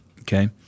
okay